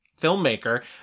filmmaker